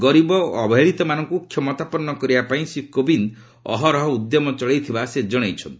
ଗରିବ ଓ ଅବହେଳିତମାନଙ୍କୁ କ୍ଷମତାପନ୍ନ କରିବା ପାଇଁ ଶ୍ରୀ କୋବିନ୍ଦ ଅହରହର ଉଦ୍ୟମ ଚଳାଇଥିବା ସେ ଜଣାଇଛନ୍ତି